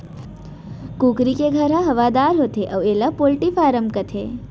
कुकरी के घर ह हवादार होथे अउ एला पोल्टी फारम कथें